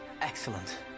Excellent